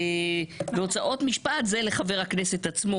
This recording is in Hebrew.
אי-אפשר לגייס לו תרומות מאף אחד.